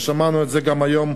שמענו את זה גם היום,